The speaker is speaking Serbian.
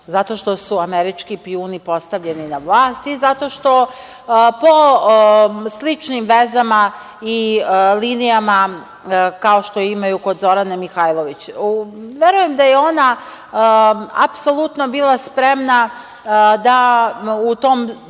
Zato što su američki špijuni postavljeni na vlast i zato što po sličnim vezama i linijama, kao što imaju kod Zorane Mihajlović. Verujem da je ona apsolutno bila spremna da u tom